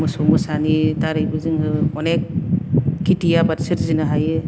मोसौ मोसानि दारैबो जोङो अनेक खिथि आबाद सोरजिनो हायो